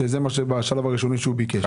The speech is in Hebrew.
שזה בשלב הראשון מישהו ביקש.